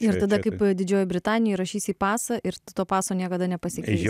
ir tada kaip didžiojoj britanijoj įrašys į pasą ir tu to paso niekada nepasikeisi